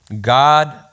God